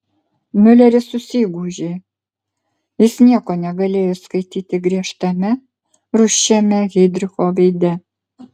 miuleris susigūžė jis nieko negalėjo įskaityti griežtame rūsčiame heidricho veide